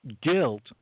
guilt